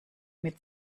mit